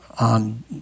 on